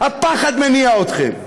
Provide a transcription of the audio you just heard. אתה משוחרר מלהיות פה כל יום.